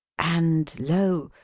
and lo!